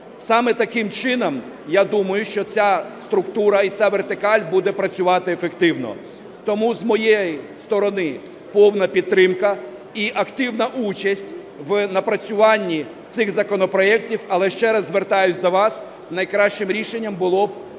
Саме таким чином я думаю, що ця структура і ця вертикаль буде працювати ефективно. Тому з моєї сторони повна підтримка і активна участь в напрацюванні цих законопроектів. Але ще раз звертаюсь до вас: найкращим рішенням було б